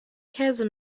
käse